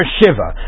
Shiva